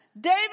David